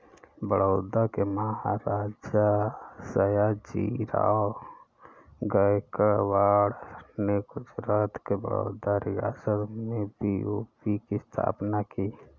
बड़ौदा के महाराजा, सयाजीराव गायकवाड़ ने गुजरात के बड़ौदा रियासत में बी.ओ.बी की स्थापना की